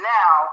now